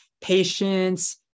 patience